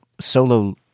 solo